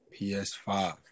PS5